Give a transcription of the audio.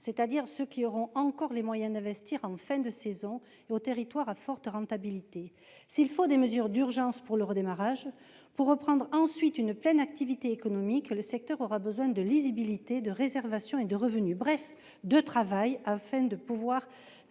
c'est-à-dire à ceux qui auront encore les moyens d'investir en fin de saison, et aux territoires à forte rentabilité. S'il faut des mesures d'urgence pour assurer le redémarrage, pour reprendre ensuite une pleine activité économique, le secteur aura besoin de lisibilité, de réservations et de revenus, bref, de travail, avant de pouvoir